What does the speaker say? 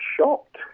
shocked